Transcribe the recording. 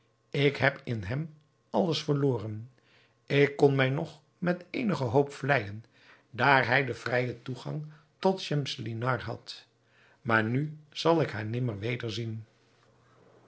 ik heb in hem alles verloren ik kon mij nog met eenige hoop vleijen daar hij den vrijen toegang tot schemselnihar had maar nu zal ik haar nimmer wederzien